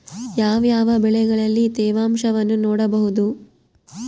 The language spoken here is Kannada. ಯಾವ ಯಾವ ಬೆಳೆಗಳಲ್ಲಿ ತೇವಾಂಶವನ್ನು ನೋಡಬಹುದು?